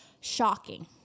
shocking